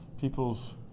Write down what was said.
people's